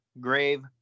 grave